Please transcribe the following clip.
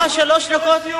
יהיו לך שלוש דקות.